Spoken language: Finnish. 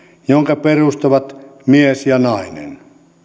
jonka perustavat mies ja nainen